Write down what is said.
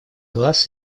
глаз